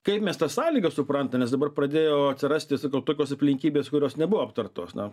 kaip mes tas sąlygas suprantam nes dabar pradėjo atsirasti sakau tokios aplinkybės kurios nebuvo aptartos na